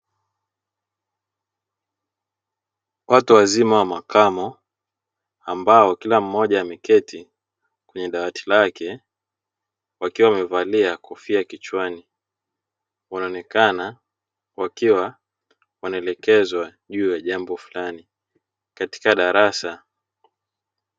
Watu wazima wa makamo ambao kila mmoja amekeati kwenye dawati lake, wakiwa wamevalia kofia kichwani ambapo kila wanaelekezwa juu ya jambo fulani katika darasa.